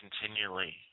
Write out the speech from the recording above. continually